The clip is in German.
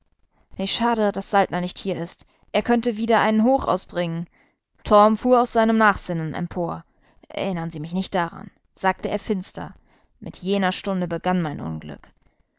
wie schade daß saltner nicht hier ist er könnte wieder ein hoch ausbringen torm fuhr aus seinem nachsinnen empor erinnern sie mich nicht daran sagte er finster mit jener stunde begann mein unglück